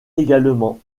également